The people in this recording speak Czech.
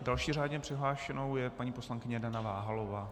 Další řádně přihlášenou je paní poslankyně Dana Váhalová.